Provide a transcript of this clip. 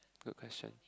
good question